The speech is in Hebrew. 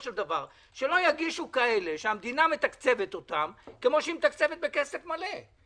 שלא יגישו כאלה שהמדינה מתקצבת אותם כמו שהיא מתקצבת בכסף מלא,